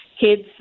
kids